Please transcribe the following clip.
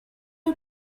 you